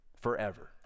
forever